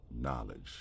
knowledge